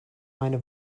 meine